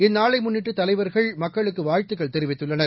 இந்நாளை முன்னிட்டு தலைவர்கள் மக்களுக்கு வாழ்த்துக்கள் தெரிவித்துள்ளனர்